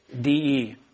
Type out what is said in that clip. D-E